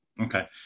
Okay